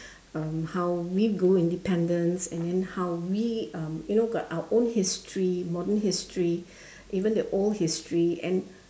um how we grew independence and then how we um you know got our own history modern history even the old history and